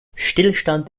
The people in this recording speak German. stillstand